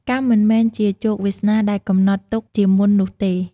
កម្មមិនមែនជាជោគវាសនាដែលកំណត់ទុកជាមុននោះទេ។